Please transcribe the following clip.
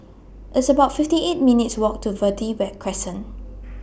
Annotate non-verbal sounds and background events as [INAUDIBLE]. It's about fifty eight minutes' Walk to Verde [UNINTELLIGIBLE] Crescent